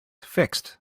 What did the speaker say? fixed